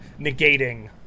negating